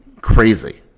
crazy